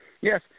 Yes